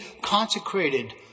consecrated